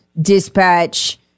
dispatch